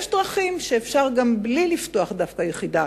יש דרכים גם בלי לפתוח דווקא יחידה.